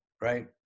right